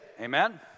Amen